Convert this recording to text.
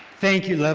thank you, levon,